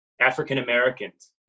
African-Americans